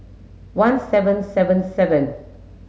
one seven seven seven